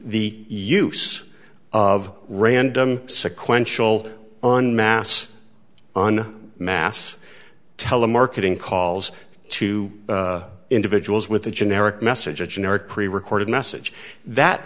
the use of random sequential on mass on mass telemarketing calls to individuals with a generic message a generic pre recorded message that